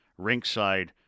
Rinkside